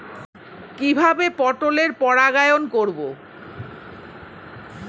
কিভাবে পটলের পরাগায়ন করব?